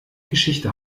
geschichte